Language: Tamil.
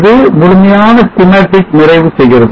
இது முழுமையான schematic நிறைவு செய்கிறது